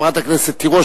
חברת הכנסת תירוש,